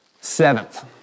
Seventh